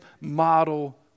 model